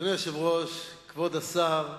אדוני היושב-ראש, כבוד השר,